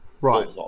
Right